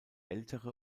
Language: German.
ältere